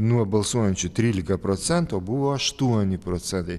nuo balsuojančių trylika procentų o buvo aštuoni procentai